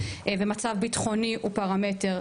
ומצב ביטחוני הוא פרמטר,